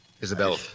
Isabel